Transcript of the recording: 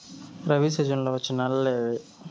రబి సీజన్లలో వచ్చే నెలలు ఏవి?